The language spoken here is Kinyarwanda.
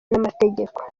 n’amategeko